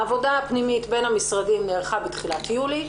העבודה הפנימית בין המשרדים נערכה בתחילת יולי.